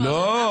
לא,